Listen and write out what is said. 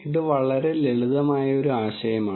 ഇത് വളരെ ലളിതമായ ഒരു ആശയമാണ്